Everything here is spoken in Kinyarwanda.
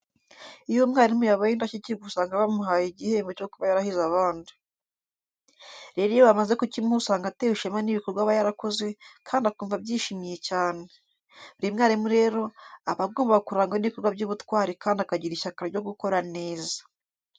Iyo umwarimu yabaye indashyikirwa usanga bamuhaye igihembo cyo kuba yarahize abandi. Rero iyo bamaze kukimuha usanga atewe ishema n'ibikorwa aba yarakoze kandi akumva abyishimiye cyane. Buri mwarimu rero aba agomba kurangwa n'ibikorwa by'ubutwari kandi akagira ishyaka ryo gukora neza.